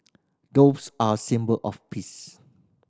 doves are a symbol of peace